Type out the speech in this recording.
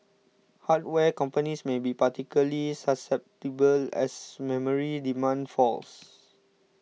hardware companies may be particularly susceptible as memory demand falls